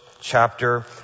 chapter